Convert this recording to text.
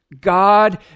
God